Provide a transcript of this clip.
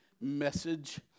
message